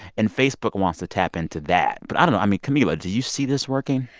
and facebook wants to tap into that. but i don't know. i mean, camila, do you see this working?